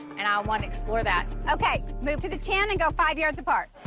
and i wanna explore that. okay, move to the ten and go five yards apart.